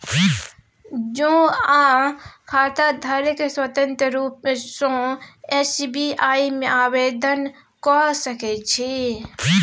जौंआँ खाताधारक स्वतंत्र रुप सँ एस.बी.आइ मे आवेदन क सकै छै